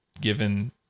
given